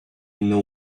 know